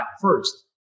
first